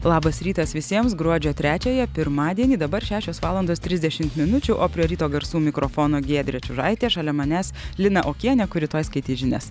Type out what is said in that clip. labas rytas visiems gruodžio trečiąją pirmadienį dabar šešios valandos trisdešimt minučių o prie ryto garsų mikrofono giedrė čiužaitė šalia manęs lina okienė kuri tuoj skaitys žinias